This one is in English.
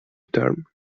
term